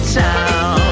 town